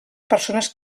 persones